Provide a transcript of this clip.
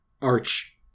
arch